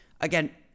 Again